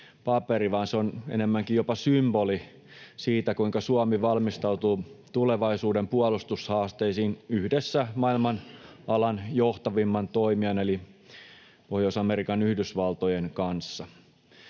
vaan se on enemmänkin jopa symboli siitä, kuinka Suomi valmistautuu tulevaisuuden puolustushaasteisiin yhdessä alan maailman johtavimman toimijan eli Pohjois-Amerikan Yhdysvaltojen kanssa.